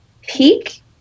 peak